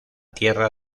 tierra